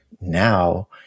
now